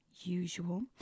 usual